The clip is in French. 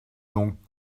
donc